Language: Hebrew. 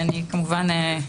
כמובן,